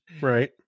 Right